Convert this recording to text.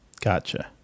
Gotcha